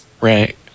Right